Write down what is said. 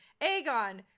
Aegon